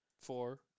Four